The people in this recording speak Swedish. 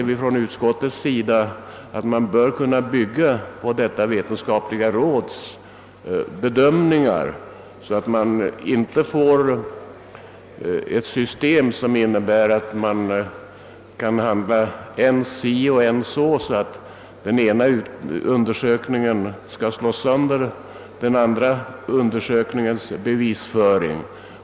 Vi i utskottet anser att man bör kunna bygga på detta råds bedömningar, så att man inte får ett system som innebär att man kan handla än si och än så och där den ena undersökningen slår sönder den andra undersökningens bevisföring.